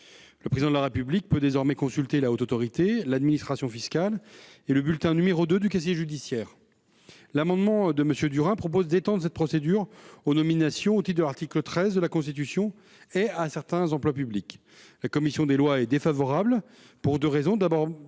Le Président de la République peut désormais consulter la HATVP, l'administration fiscale et le bulletin n° 2 du casier judiciaire. L'amendement de M. Durain propose d'étendre cette procédure aux nominations au titre de l'article 13 de la Constitution et à certains emplois publics. La commission des lois y est défavorable, pour deux raisons.